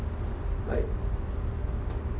like